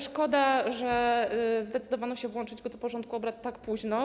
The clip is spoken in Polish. Szkoda, że zdecydowano się włączyć go do porządku obrad tak późno.